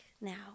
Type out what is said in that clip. now